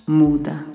muda